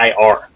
IR